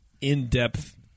in-depth